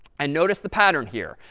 and notice the pattern here.